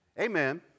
Amen